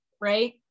Right